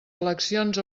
eleccions